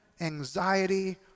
anxiety